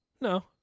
no